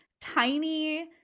tiny